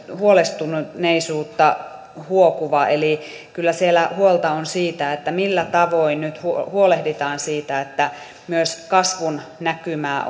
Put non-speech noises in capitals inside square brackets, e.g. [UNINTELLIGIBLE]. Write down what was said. huolestuneisuutta huokuva eli kyllä siellä huolta on siitä millä tavoin nyt huolehditaan siitä että myös kasvun näkymää [UNINTELLIGIBLE]